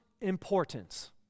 importance